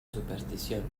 superstición